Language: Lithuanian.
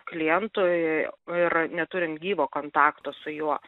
klientui ir neturint gyvo kontakto su juo